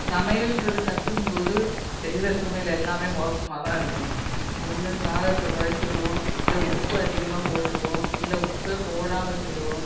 சமையலுன்றது கற்றுக்கும்போது செய்கிற சமையல் எல்லாமே மோசமாக தான் இருக்கும் ஒன்று சாதத்தை குழச்சிருவோம் இல்லை உப்பை அதிகமாக போட்டிருவோம் இல்லை உப்பே போடாமல் செய்வோம்